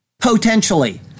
potentially